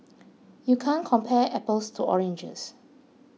you can't compare apples to oranges